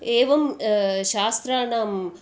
एवं शास्त्राणाम्